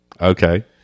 okay